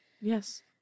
Yes